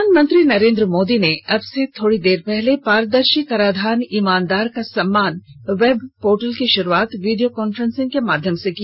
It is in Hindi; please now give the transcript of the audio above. प्रधानमंत्री नरेंद्र मोदी ने अब से थोड़ी देर पहले पारदर्शी कराधान ईमानदार का सम्मान वेब पोर्टल की शुरुआत वीडियो कान्फ्रेंसिंग के माध्यम से की